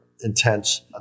intense